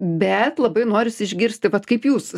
bet labai norisi išgirsti vat kaip jūs